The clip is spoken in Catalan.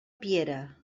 piera